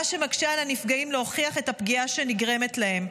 מה שמקשה על הנפגעים להוכיח את הפגיעה שנגרמת להם.